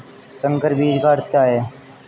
संकर बीज का अर्थ क्या है?